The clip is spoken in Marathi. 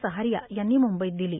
सहारिया यांनी मुंबईत दिली